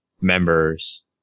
members